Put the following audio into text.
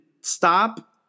stop